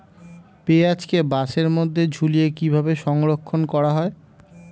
পেঁয়াজকে বাসের মধ্যে ঝুলিয়ে কিভাবে সংরক্ষণ করা হয়?